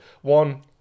one